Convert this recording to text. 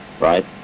right